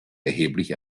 erheblich